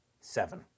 Seven